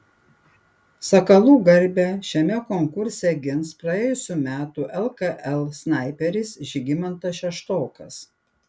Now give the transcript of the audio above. sakalų garbę šiame konkurse gins praėjusių metų lkl snaiperis žygimantas šeštokas